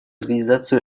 организацию